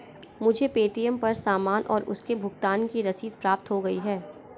मुझे पे.टी.एम पर सामान और उसके भुगतान की रसीद प्राप्त हो गई है